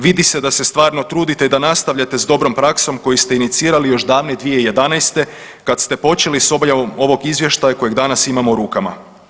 Vidi se da se stvarno trudite i da nastavljate s dobrom praksom koju ste inicirali još davne 2011. kad ste počeli s objavom ovog izvještaja kojeg danas imamo u rukama.